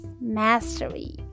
mastery